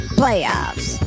playoffs